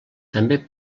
també